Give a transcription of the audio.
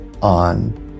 on